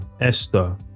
Esther